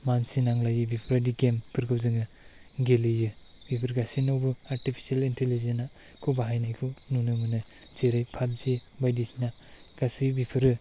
मानसि नांलायि बेफोर बायदि गेम फोरखौ जोङो गेलेयो बेफोर गासैनावबो आरटिपिसिएल इन्टिलिजेन बाहायनायखौ नुनो मोनो जेरै पाबजि बायदिसिना गासै बेफोरो